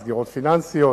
בסגירות פיננסיות.